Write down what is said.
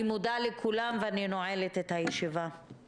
אני מודה לכולם, ישיבה זו